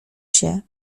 się